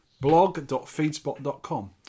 blog.feedspot.com